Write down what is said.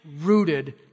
rooted